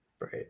Right